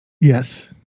Yes